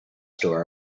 store